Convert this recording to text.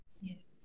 Yes